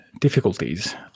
difficulties